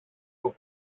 που